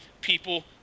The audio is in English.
people